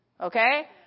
Okay